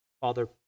Father